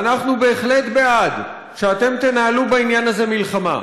ואנחנו בהחלט בעד שאתם תנהלו בעניין הזה מלחמה.